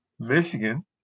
Michigan